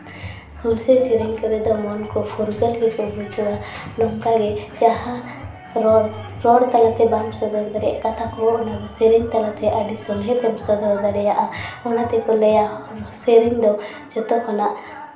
ᱦᱩᱞᱥᱟᱹᱭ ᱥᱮᱨᱮᱧ ᱠᱚᱨᱮ ᱫᱚ ᱢᱚᱱ ᱠᱚ ᱯᱷᱩᱨᱜᱟᱹᱞ ᱜᱮᱠᱚ ᱵᱩᱡᱷᱟᱹᱣᱟ ᱱᱚᱝᱠᱟ ᱜᱮ ᱡᱟᱦᱟᱸ ᱨᱚᱲ ᱨᱚᱲ ᱛᱟᱞᱟ ᱛᱮ ᱵᱟᱢ ᱥᱚᱫᱚᱨ ᱫᱟᱲᱮᱭᱟᱜ ᱠᱟᱛᱷᱟ ᱠᱚᱦᱚᱸ ᱚᱱᱟ ᱫᱚ ᱥᱮᱨᱮᱧ ᱛᱟᱞᱟᱛᱮ ᱟᱹᱰᱤ ᱥᱚᱞᱦᱮ ᱛᱮᱢ ᱥᱚᱫᱚᱨ ᱫᱟᱲᱮᱭᱟᱜᱼᱟ ᱚᱱᱟ ᱛᱮᱠᱚ ᱞᱟᱹᱭᱟ ᱥᱮᱨᱮᱧ ᱫᱚ ᱡᱷᱚᱛᱚ ᱠᱷᱚᱱᱟᱜ